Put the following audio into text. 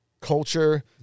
culture